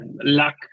luck